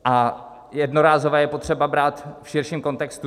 A jednorázové je potřeba brát v širším kontextu.